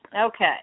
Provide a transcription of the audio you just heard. Okay